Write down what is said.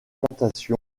plantation